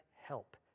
help